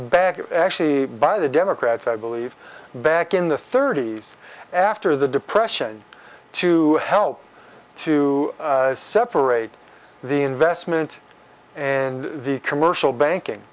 back actually by the democrats i believe back in the thirty's after the depression to help to separate the investment and the commercial banking